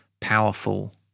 powerful